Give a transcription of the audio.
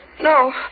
No